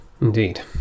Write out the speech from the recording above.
Indeed